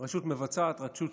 רשות מבצעת, רשות שופטת.